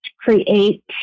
create